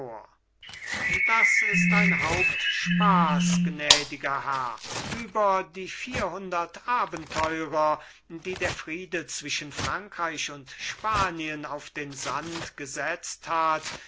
das ist ein hauptspaß gnädiger herr über die vierhundert abenteurer die der friede zwischen frankreich und spanien auf den sand gesetzt hat